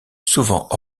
souvent